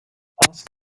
ask